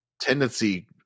tendency